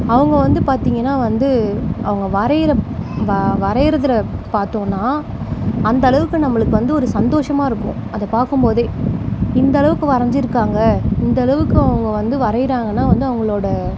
அவங்க வந்து பார்த்தீங்கன்னா வந்து அவங்க வரைகிற வா வரைகிறதுல பார்த்தோன்னா அந்தளவுக்கு நம்மளுக்கு வந்து ஒரு சந்தோஷமாக இருக்கும் அதை பார்க்கும்போதே இந்தளவுக்கு வரைஞ்சிருக்காங்க இந்தளவுக்கும் அவங்க வந்து வரையிறாங்கன்னா வந்து அவங்களோட